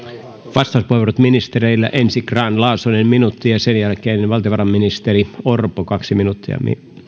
vastauspuheenvuorot ministereillä ensin grahn laasonen minuutti ja sen jälkeen valtiovarainministeri orpo kaksi minuuttia